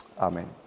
Amen